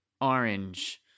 orange